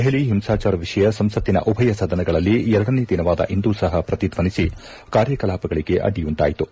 ದೆಹಲಿ ಹಿಂಸಾಚಾರ ವಿಷಯ ಸಂಸತ್ತಿನ ಉಭಯ ಸದನಗಳಲ್ಲಿ ಎರಡನೇ ದಿನವಾದ ಇಂದೂ ಸಹ ಪ್ರತಿದ್ದನಿಸಿ ಕಾರ್ಯ ಕಲಾಪಗಳಿಗೆ ಅಡ್ಡಿಯುಂಟಾಯಿತು